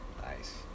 Nice